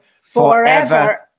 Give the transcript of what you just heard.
forever